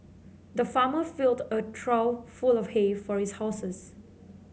the farmer filled a trough full of hay for his houses